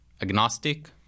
agnostic